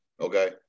Okay